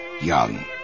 young